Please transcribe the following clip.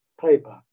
paper